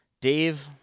Dave